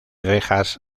rejas